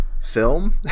film